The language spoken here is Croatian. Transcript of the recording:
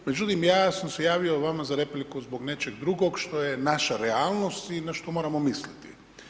Međutim, ja sam sam se javio vama za repliku zbog nečeg drugog, što je naša realnost i na što moramo misliti.